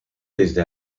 desde